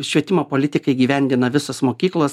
švietimo politiką įgyvendina visos mokyklos